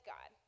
God